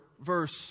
verse